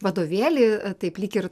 vadovėlį taip lyg ir